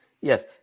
Yes